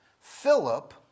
Philip